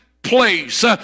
Place